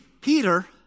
Peter